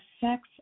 sex